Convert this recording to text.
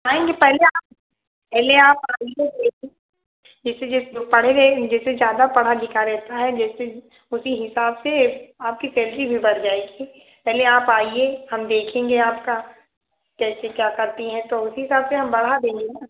आएँगी पहले आप पहले आप आईए देखिए जिसे जो पढ़े है जिसे ज़्यादा पढ़ा लिखा रहता है जैसे उसी हिसाब से आपकी सेलरी भी बढ़ जाएगी पहले आप आईए हम देखेंगे आपका कैसे क्या करती हैं तो उसी हिसाब से हम बढ़ा देंगे न